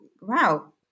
Wow